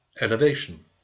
elevation